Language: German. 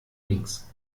links